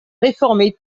réformer